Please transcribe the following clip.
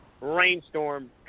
rainstorm